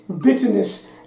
bitterness